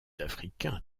africain